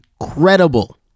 incredible